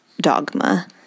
dogma